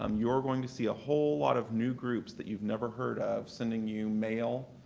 um you are going to see a whole lot of new groups that you've never heard of sending you mail.